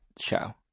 show